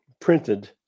printed